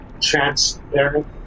transparent